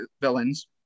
villains